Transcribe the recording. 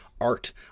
art